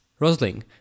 Rosling